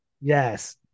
yes